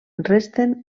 resten